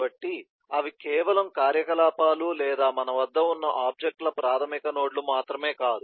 కాబట్టి అవి కేవలం కార్యకలాపాలు లేదా మన వద్ద ఉన్న ఆబ్జెక్ట్ ల ప్రాథమిక నోడ్ లు మాత్రమే కాదు